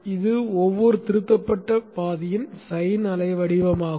இது ஒவ்வொரு திருத்தப்பட்ட பாதியின் சைன் அலை வடிவமாகும்